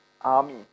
army